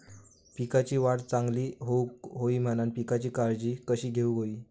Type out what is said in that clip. पिकाची वाढ चांगली होऊक होई म्हणान पिकाची काळजी कशी घेऊक होई?